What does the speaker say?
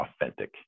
authentic